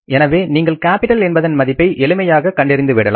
எனவே நீங்கள் கேப்பிட்டல் என்பதன் மதிப்பை எளிமையாக கண்டறிந்துவிடலாம்